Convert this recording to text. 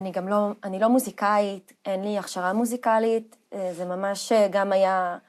אני גם לא מוזיקאית, אין לי הכשרה מוזיקלית, זה ממש גם היה...